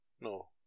No